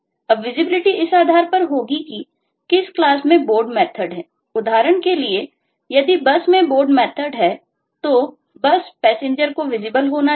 अब विजिबिलिटी होना चाहिए